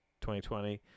2020